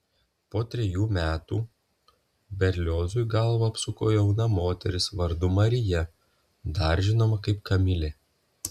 po trejų metų berliozui galvą apsuko jauna moteris vardu marija dar žinoma kaip kamilė